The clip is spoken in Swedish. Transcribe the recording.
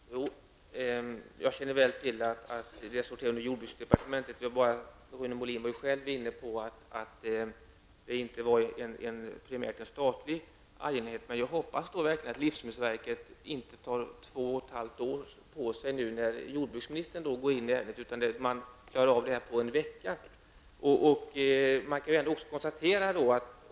Herr talman! Jag känner väl till att livsmedelsverket sorterar under jordbruksdepartementet. Rune Molin var själv inne på att detta primärt inte är en statlig angelägenhet. Men jag hoppas verkligen att livsmedelsverket inte kommer att ta två och ett halvt år på sig när nu jordbruksministern går in i ärendet, utan att man klarar av detta på en vecka.